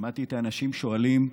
שמעתי את האנשים שואלים: